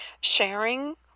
sharing